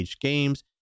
games